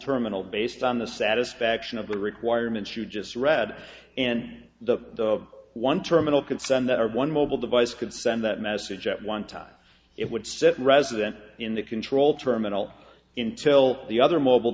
terminal based on the satisfaction of the requirement to just read and the one terminal can send that one mobile device could send that message at one time it would sit resident in the control terminal intil the other mobile